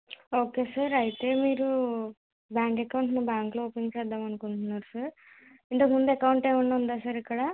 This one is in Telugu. ఓకే సార్ అయితే మీరు బ్యాంక్ అకౌంట్ని బ్యాంక్లో ఓపెన్ చేద్దాం అనుకుంటున్నారా సార్ ఇంతకు ముందు అకౌంట్ ఏమన్నా ఉందా సార్ ఇక్కడ